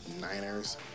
Niners